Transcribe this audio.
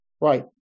Right